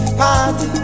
party